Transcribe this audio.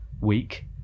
week